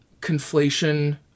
conflation